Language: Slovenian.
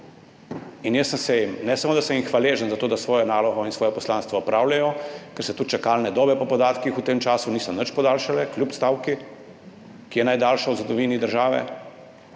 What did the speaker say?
In jaz ne samo da sem jim hvaležen za to, da svojo nalogo in svoje poslanstvo opravljajo, ker se tudi čakalne dobe po podatkih v tem času niso nič podaljšale, kljub stavki, ki je najdaljša v zgodovini države,